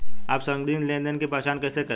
आप संदिग्ध लेनदेन की पहचान कैसे करेंगे?